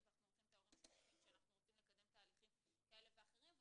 ואנחנו רוצים את ההורים כשאנחנו רוצים לקדם תהליכים כאלה ואחרים,